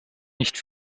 nicht